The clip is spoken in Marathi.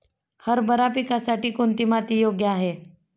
हरभरा पिकासाठी कोणती माती योग्य आहे?